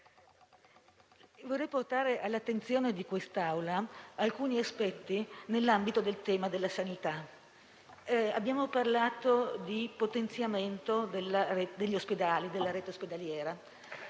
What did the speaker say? vorrei portare all'attenzione di quest'Assemblea alcuni aspetti nell'ambito del tema della sanità. Abbiamo parlato di potenziamento della rete ospedaliera.